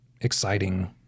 exciting